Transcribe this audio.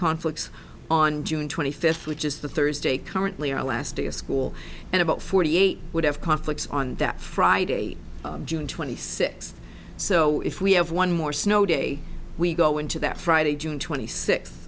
conflicts on june twenty fifth which is the thursday currently our last day of school and about forty eight would have conflicts on that friday june twenty sixth so if we have one more snow day we go into that friday june twenty six